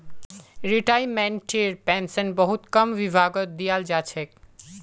रिटायर्मेन्टटेर pension बहुत कम विभागत दियाल जा छेक